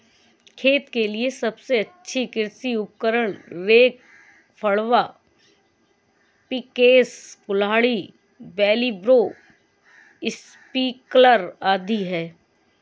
खेत के लिए सबसे अच्छे कृषि उपकरण, रेक, फावड़ा, पिकैक्स, कुल्हाड़ी, व्हीलब्रो, स्प्रिंकलर आदि है